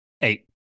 eight